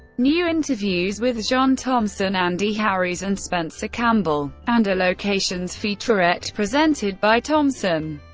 new interviews with john thomson, andy harries and spencer campbell, and a locations featurette presented by thomson.